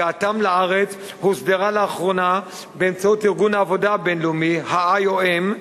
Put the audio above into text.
הגעתם לארץ הוסדרה לאחרונה באמצעות הארגון ההגירה הבין-לאומי ה-IOM,